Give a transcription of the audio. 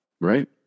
Right